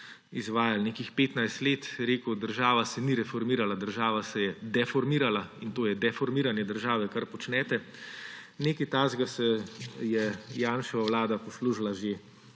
izvajali nekih 15 let, rekel, da se država ni reformirala, država se je dereformirala, in to je deformiranje države, kar počnete. Nekaj takega se je Janševa vlada poslužila že